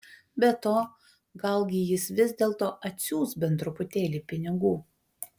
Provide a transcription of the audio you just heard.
be to galgi jis vis dėlto atsiųs bent truputėlį pinigų